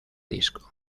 disco